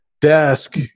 desk